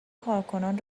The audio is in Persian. کارکنان